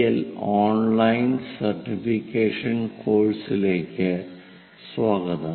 L online certification കോഴ്സുകളിലേക്ക് സ്വാഗതം